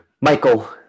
Michael